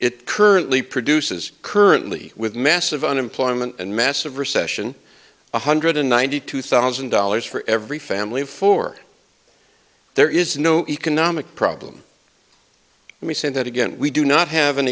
it currently produces currently with massive unemployment and massive recession one hundred ninety two thousand dollars for every family of four there is no economic problem let me say that again we do not have an